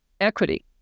Equity